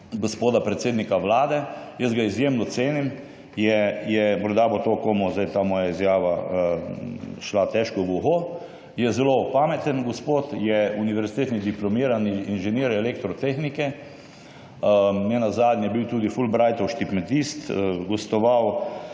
gospoda predsednika vlade. Jaz ga izjemno cenim. Morda bo komu zdaj moja izjava šla težko v uho, je zelo pameten gospod, je univerzitetni diplomirani inženir elektrotehnike, nenazadnje je bil tudi Fulbrightov štipendist, gostoval